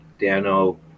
Dano